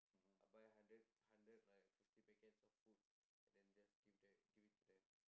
buy hundred hundred like fifty packets of food and then just give that give it to them